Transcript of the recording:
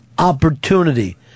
opportunity